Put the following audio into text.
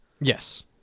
Yes